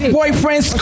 boyfriend